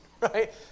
right